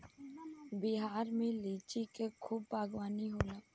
बिहार में लिची के खूब बागवानी होला